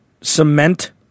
cement